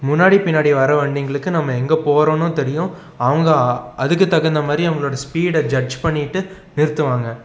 முன்னாடி பின்னாடி வர வண்டிகளுக்கு நம்ம எங்கே போகறோன்னு தெரியும் அவங்க அதற்கு தகுந்த மாதிரி அவங்களோட ஸ்பீடை ஜட்ஜ் பண்ணிவிட்டு நிறுத்துவாங்க